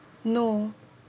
no